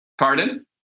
Pardon